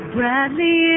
Bradley